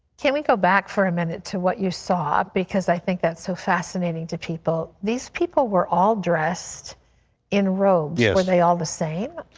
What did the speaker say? can we go back for a minute to what you saw because i think that's so fascinating to people. these people were all dressed in robes. yeah were they all the same?